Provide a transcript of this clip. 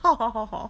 好好好好